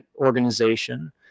organization